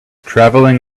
traveling